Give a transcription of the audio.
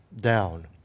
down